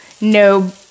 no